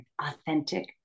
authentic